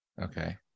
okay